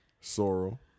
sorrel